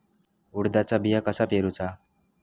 उडदाचा बिया कसा पेरूचा?